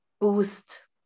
boost